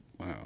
Wow